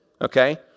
Okay